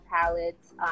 palettes